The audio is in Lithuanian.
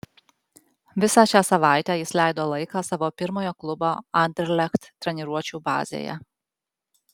visą šią savaitę jis leido laiką savo pirmojo klubo anderlecht treniruočių bazėje